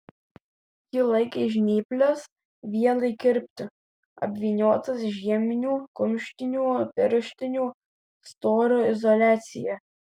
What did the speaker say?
ji laikė žnyples vielai kirpti apvyniotas žieminių kumštinių pirštinių storio izoliacija